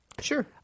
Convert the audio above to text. sure